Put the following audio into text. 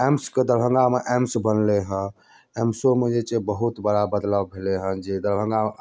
एम्सके दरभङ्गामे एम्स बनलै है एम्सोमे जे छै बहुत बड़ा बदलाव भेलै है जे दरभङ्गा